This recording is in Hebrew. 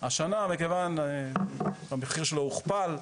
השנה המחיר שלו הוכפל,